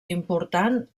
important